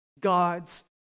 God's